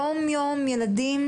יום-יום ילדים